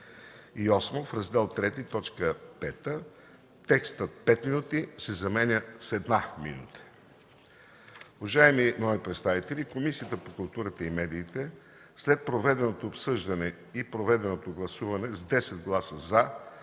8. В Раздел ІІІ, т. 5 текстът „пет минути” се заменя с „една минута”.” Уважаеми народни представители! „Комисията по културата и медиите след проведеното обсъждане и проведеното гласуване с 10 гласа